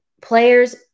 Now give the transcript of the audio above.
players